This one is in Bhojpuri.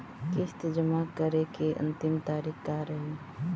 किस्त जमा करे के अंतिम तारीख का रही?